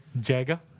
Jagger